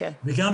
כי אין